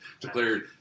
declared